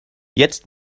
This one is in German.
jetzt